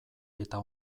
eta